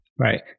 Right